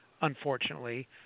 unfortunately